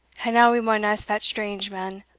and now we maun ask that strange man,